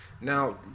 Now